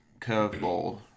curveball